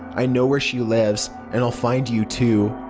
i know where she lives. and i'll find you too.